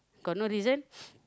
got no reason